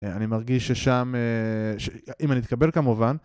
אני מרגיש ששם, אם אני אתקבל כמובן...